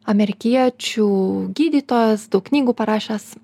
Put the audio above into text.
amerikiečių gydytojas daug knygų parašęs